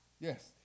Yes